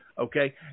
Okay